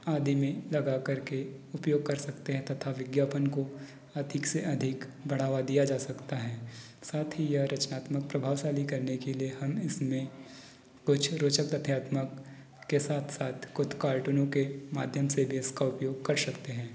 आदि में लगा करके उपयोग कर सकते हैं तथा विज्ञापन को अधिक से अधिक बढ़ावा दिया जा सकता है साथ ही यह रचनात्मक प्रभावशाली करने के लिए हम इसमें कुछ रोचक तथ्यात्मक के साथ साथ कुछ कार्टूनों के माध्यम से भी इसका उपयोग कर सकते हैं